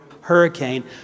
hurricane